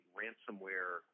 ransomware